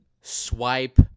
swipe